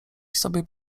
sobie